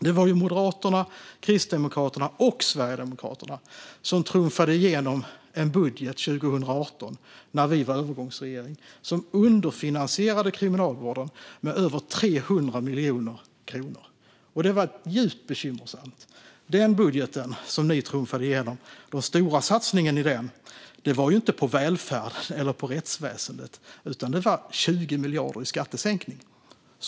Det var Moderaterna, Kristdemokraterna och Sverigedemokraterna som trumfade igenom en budget 2018, när vi var övergångsregering, som underfinansierade Kriminalvården med över 300 miljoner kronor. Det var djupt bekymmersamt. Den stora satsningen i den budget ni trumfade igenom var inte på välfärden eller på rättsväsendet, utan det var 20 miljarder i skattesänkningar.